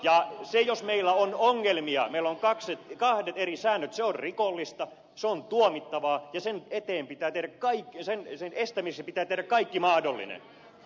ja jos meillä on ongelmia meillä on kahdet eri säännöt se on rikollista se on tuomittavaa ja sen estämiseksi pitää kirkkoa ja sen jäsenestä viisi tehdä kaikki mahdollinen